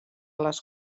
les